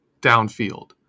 downfield